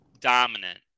Dominant